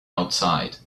outside